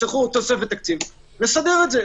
יצטרכו תוספת תקציב נסדר את זה.